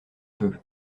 peu